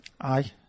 Aye